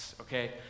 okay